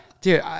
dude